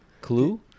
Clue